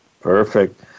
Perfect